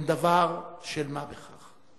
הם דבר של מה בכך.